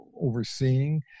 overseeing